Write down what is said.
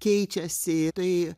keičiasi tai